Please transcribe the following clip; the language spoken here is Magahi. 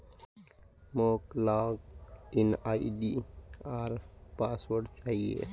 मोक लॉग इन आई.डी आर पासवर्ड चाहि